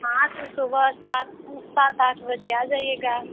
हाँ तो सुबह सात सात आठ बजे आ जाइएगा